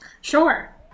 Sure